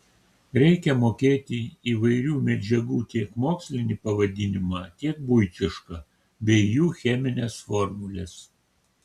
reikia mokėti įvairių medžiagų tiek mokslinį pavadinimą tiek buitišką bei jų chemines formules